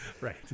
Right